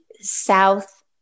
South